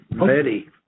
ready